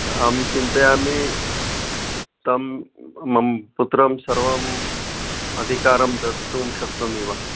अहं चिन्तयामि तं मं पुत्रं सर्वम् अधिकारं दातुं शक्नोमि वा